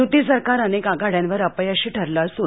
युती सरकार अनेक आघाड्यांवर अपयशी ठरल असून